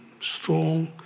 strong